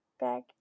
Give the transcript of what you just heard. back